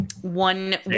one